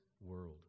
world